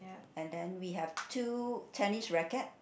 and then we have two tennis racquet